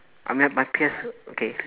I'm at my P_S okay